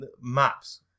Maps